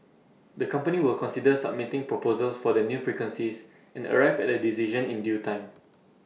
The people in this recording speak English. the company will consider submitting proposals for the new frequencies and arrive at A decision in due time